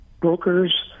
brokers